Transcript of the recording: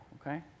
okay